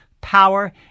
power